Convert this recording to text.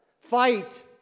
Fight